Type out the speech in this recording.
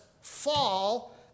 fall